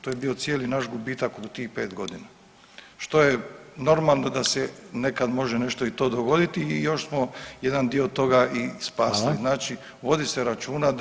To je bio cijeli naš gubitak u tih 5 godina, što je normalno da se nekad može nešto i to dogoditi i još smo jedan dio toga i spasili [[Upadica: Hvala.]] znači vodi se računa da [[Upadica: Hvala lijepa.]] da